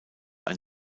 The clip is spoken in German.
ein